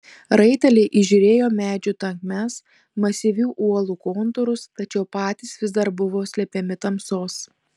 raiteliai įžiūrėjo medžių tankmes masyvių uolų kontūrus tačiau patys vis dar buvo slepiami tamsos